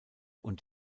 und